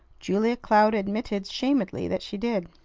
julia cloud admitted shamedly that she did.